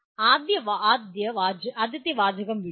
ആദ്യത്തെ വാചകം വിടുക